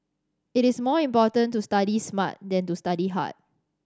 it is more important to study smart than to study hard